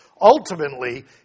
Ultimately